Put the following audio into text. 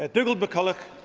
ah ougal mcculloch.